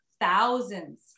thousands